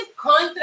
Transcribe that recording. contra